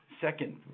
Second